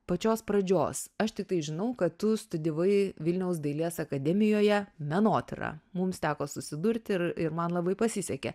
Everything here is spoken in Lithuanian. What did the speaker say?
pačios pradžios aš tiktai žinau kad tu studijavai vilniaus dailės akademijoje menotyrą mums teko susidurti ir ir man labai pasisekė